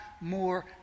more